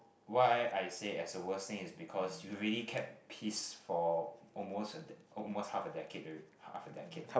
why I say as the worst thing is because we already kept peace for almost almost half a decade alre~ half a decade